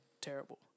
terrible